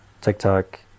TikTok